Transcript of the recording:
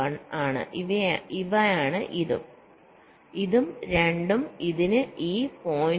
1 ആണ് ഇവയാണ് ഇതും 2 ഉം ഇതിനും ഈ 0